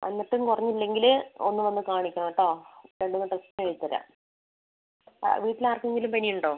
എന്നിട്ടും കുറഞ്ഞില്ലെങ്കിൽ ഒന്ന് വന്ന് കാണിക്കണം കേട്ടൊ രണ്ട് മൂന്ന് ടെസ്റ്റിന് എഴുതിത്തരാം വീട്ടിൽ ആർക്കെങ്കിലും പനി ഉണ്ടോ